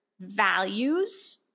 values